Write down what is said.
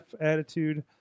Attitude